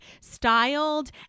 styled